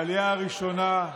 מהעלייה הראשונה,